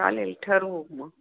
चालेल ठरवू मग